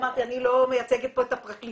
אמרתי, אני לא מייצגת פה את הפרקליטות.